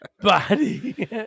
body